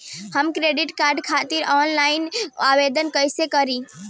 हम credit card खातिर offline आवेदन कइसे करि?